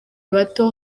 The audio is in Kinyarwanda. bato